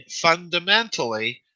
fundamentally